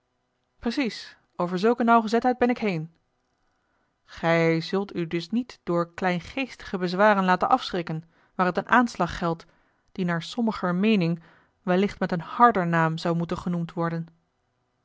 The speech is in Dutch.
precies over zulke nauwgezetheid ben ik heen gij zult u dus niet door kleingeestige bezwaren laten afschrikken waar het een aanslag geldt die naar sommiger meening wellicht met een harder naam zou moeten genoemd worden